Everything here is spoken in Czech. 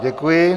Děkuji.